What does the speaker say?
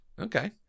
Okay